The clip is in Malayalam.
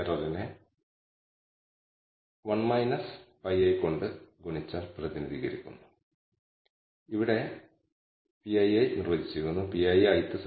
β0 β1 എന്നീ പാരാമീറ്ററുകൾ കണക്കാക്കാൻ രണ്ട് ഡാറ്റ പോയിന്റുകൾ ഉപയോഗിച്ചതിനാൽ നിങ്ങൾ n 2 കൊണ്ട് ഹരിക്കുന്നതിനുള്ള ഒരു കാരണമാണിത്